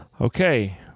Okay